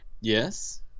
Yes